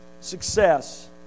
success